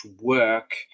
work